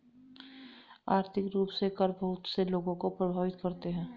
आर्थिक रूप से कर बहुत से लोगों को प्राभावित करते हैं